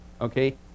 okay